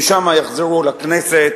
משם יחזרו לכנסת,